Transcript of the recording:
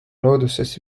looduses